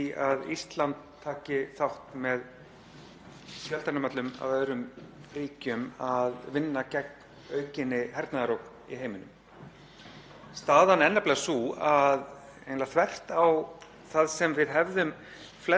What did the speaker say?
að eiginlega þvert á það sem við hefðum flest trúað fyrir ekkert löngu síðan þá eykst ógnin af kjarnavopnum ár frá ári þessi dægrin.